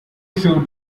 show